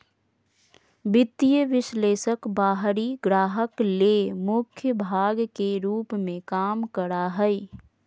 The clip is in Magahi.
वित्तीय विश्लेषक बाहरी ग्राहक ले मुख्य भाग के रूप में काम करा हइ